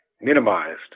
minimized